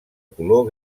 color